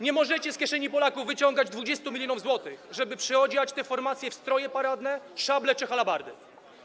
Nie możecie z kieszeni Polaków wyciągać 20 mln zł, żeby przyodziać tę formację w stroje paradne, szable czy halabardy.